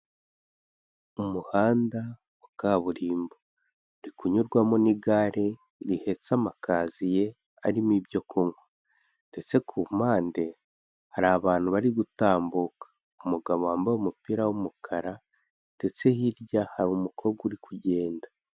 Umuhanda wa kaburimbo uri kunyurwamo n'igare rihetse amakaziye arimo ibyo kunywa ndetse ku mpande hari abantu bari gutambuka, umugabo wambaye umupira w'umukara ndetse hirya hari umukobwa uri kugenda.